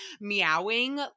meowing